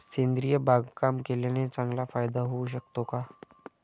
सेंद्रिय बागकाम केल्याने चांगला फायदा होऊ शकतो का?